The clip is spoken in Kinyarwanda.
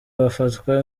bafatwa